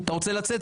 אתה רוצה לצאת?